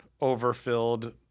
overfilled